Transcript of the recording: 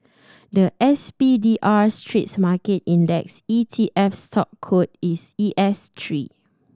the S P D R Straits Market Index E T F stock code is E S three